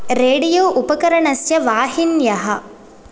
radio उपकरणस्य वाहिन्यः